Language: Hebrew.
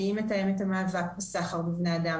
שהיא מתאמת המאבק בסחר בבני אדם.